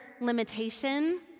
limitation